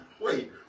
Wait